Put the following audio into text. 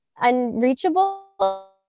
unreachable